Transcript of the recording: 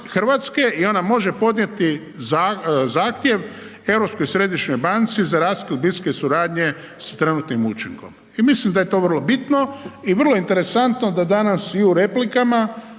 Vladu RH i ona može podnijeti zahtjev Europskoj središnjoj banci za raskid bliske suradnje s trenutnim učinkom. I mislim da je to vrlo bitno i vrlo interesantno da danas i u replikama